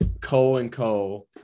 co-and-co